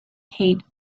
kate